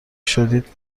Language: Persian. شدید